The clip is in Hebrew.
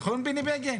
נכון ח"כ בני בגין?